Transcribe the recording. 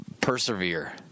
persevere